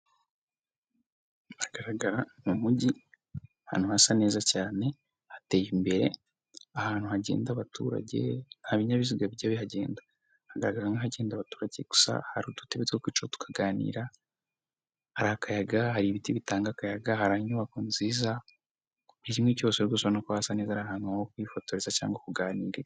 Agaragara mu mujyi ahantu hasa neza cyane hateye imbere, ahantu hagenda abaturage nta binyabiziga bijya bihagenda hagaragara nk'ahagenda abaturage gusa hari udutebe two twicaraho tukaganira hari akayaga, hari ibiti bitanga akayaga, hari inyubako nziza buri kimwe cyose rwose urabonako hasa neza ari ahantu ho kwifotoza cyangwa kuganirira.